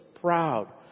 proud